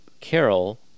Carol